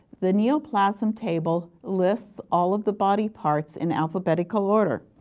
the neoplasm table lists all of the body parts in alphabetical order,